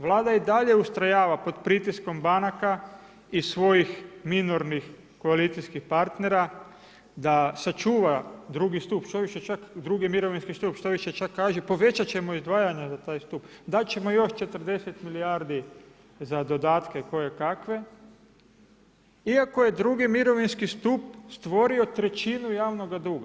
Vlada i dalje ustrojava pod pritiskom banaka i svojih minornih koalicijskih partnera da sačuva II stup, štoviše čak II mirovinski stup, štoviše čak kaže povećat ćemo izdvajanja za taj stup, dat ćemo još 40 milijardi za dodatke kojekakve, iako je II mirovinski stup stvorio trećinu javnog duga.